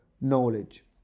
knowledge